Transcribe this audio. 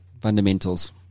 fundamentals